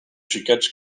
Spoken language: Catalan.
xiquets